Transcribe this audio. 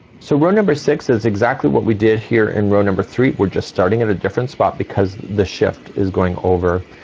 so row number six is exactly what we did here in row number three. we're just starting at a different spot, because the shift is going over.